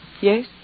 Yes